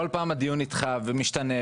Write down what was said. בכל פעם הדיון נדחה ומשתנה,